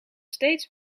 steeds